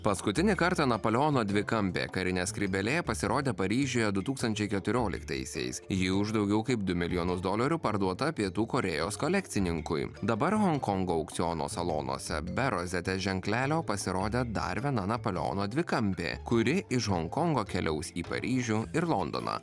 paskutinį kartą napoleono dvikalbė karinė skrybėlė pasirodė paryžiuje du tūkstančiai keturioliktaisiais jį už daugiau kaip du milijonus dolerių parduota pietų korėjos kolekcininkui dabar honkongo aukciono salonuose be rozetės ženklelio pasirodė dar viena napoleono dvikampė kuri iš honkongo keliaus į paryžių ir londoną